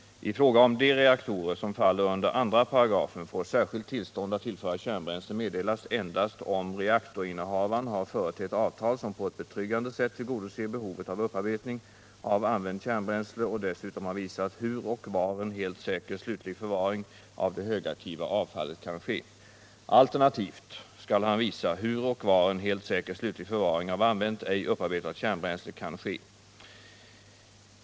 I fråga om de reaktorer som faller under 2 § får särskilt tillstånd att tillföra kärnbränsle meddelas endast om reaktorinnehavaren har företett avtal som på ett betryggande sätt tillgodoser behovet av upparbetning av använt kärnbränsle och dessutom har visat hur och var en helt säker slutlig förvaring av det högaktiva avfallet kan ske. Alternativt skall han visa hur och var en helt säker slutlig förvaring av använt, ej upparbetat kärnbränsle kan ske.